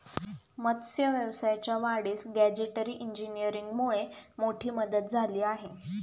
मत्स्य व्यवसायाच्या वाढीस गॅजेटरी इंजिनीअरिंगमुळे मोठी मदत झाली आहे